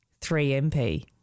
3MP